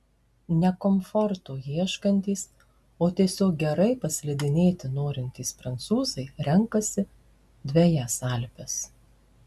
ne komforto ieškantys o tiesiog gerai paslidinėti norintys prancūzai renkasi dvejas alpes